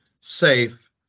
safe